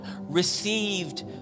received